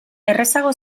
errazago